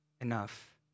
enough